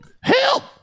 Help